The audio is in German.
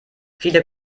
viele